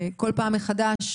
כל פעם מחדש,